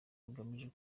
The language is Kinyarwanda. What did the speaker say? bugamije